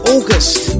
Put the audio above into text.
August